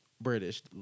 British